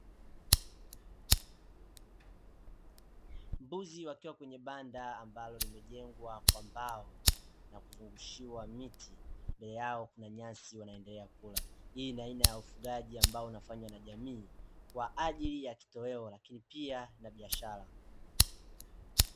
Mbuzi wakiwa kwenye banda ambalo limejengwa kwa mbao, na kuzungushiwa miti. Mbele yao kuna nyasi wanaendelea kula. Hii ni aina ya ufugaji ambao unafanywa na jamii kwa ajili ya kitoweo, lakini pia na biashara.